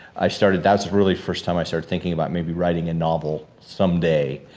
i started, that's really first time i started thinking about maybe writing a novel someday.